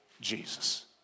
Jesus